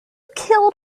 killed